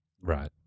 Right